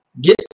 get